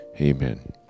Amen